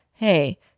Hey